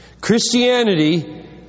Christianity